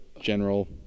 general